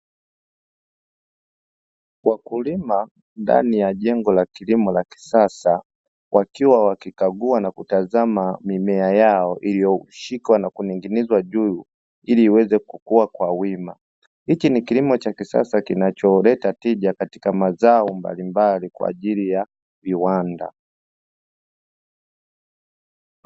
Wakulima ndani ya jengo la kilimo la kisasa wakiwa wakikagua na kutazama mimea yao iliyoshikwa na kuning'inizwa juu ili iweze kukua kwa wima hichi ni kilimo cha kisasa kinacholeta tija katika mazao mbalimbali kwa ajili ya viwanda